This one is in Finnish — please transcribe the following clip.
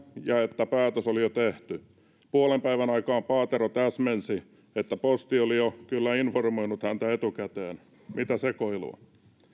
ja että päätös oli jo tehty puolenpäivän aikaan paatero täsmensi että posti oli jo kyllä informoinut häntä etukäteen mitä sekoilua